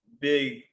big